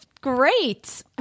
great